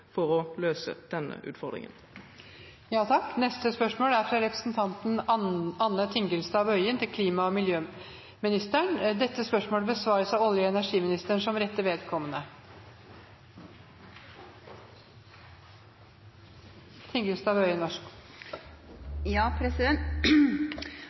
for å løse denne utfordringen. Dette spørsmålet, fra representanten Anne Tingelstad Wøien til klima- og miljøministeren, er overført til olje- og energiministeren som rette vedkommende.